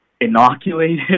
inoculated